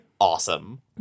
awesome